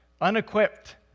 unequipped